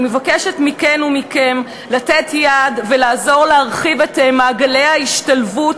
אני מבקשת מכן ומכם לתת יד ולעזור להרחיב את מעגלי ההשתלבות